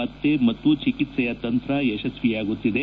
ಪತ್ತೆ ಮತ್ತು ಚಿಕಿತ್ಸೆ ಯ ತಂತ್ರ ಯಶಸ್ವಿಯಾಗುತ್ತಿದೆ